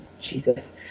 Jesus